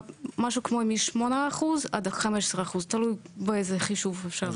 משהו כמו מ- 8% עד 15% תלוי באיזה חישוב,